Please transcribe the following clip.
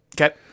Okay